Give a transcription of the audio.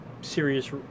serious